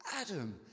Adam